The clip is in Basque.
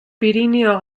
pirinio